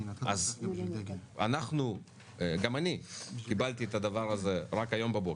גם אני קיבלתי את זה רק הבוקר,